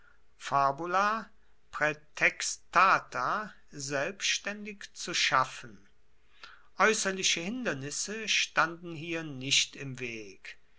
selbstaendig zu schaffen aeusserliche hindernisse standen hier nicht im weg